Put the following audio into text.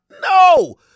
No